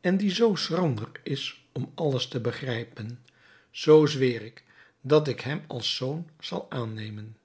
en die zoo schrander is om alles te begrijpen zoo zweer ik dat ik hem als zoon zal aannemen